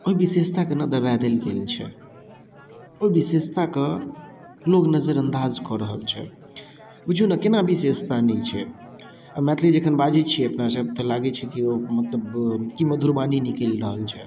ओइ विशेषताके ने दबाइ देल गेल छै ओइ विशेषताके लोग नजरअन्दाज कऽ रहल छै बुझियौ ने केना विशेषता नहि छै आब मैथिली जखन बाजै छियै अपना सब तऽ लागै छै कि ओ मतलब कि मधुर वाणी निकलि रहल छै